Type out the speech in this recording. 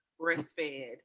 breastfed